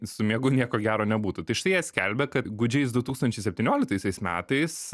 su miegu nieko gero nebūtų tai štai jie skelbia kad gūdžiais du tūkstančiai septynioliktaisiais metais